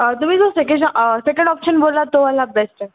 तुम्ही जो सेकेज सेकंड ऑप्शन बोलला तोवाला बेस्ट आहे